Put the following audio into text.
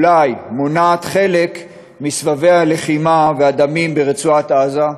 אולי מונעות חלק מסבבי הלחימה והדמים ברצועת-עזה,